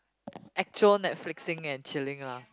actual netflixing and chilling lah